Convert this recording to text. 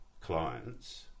clients